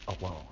alone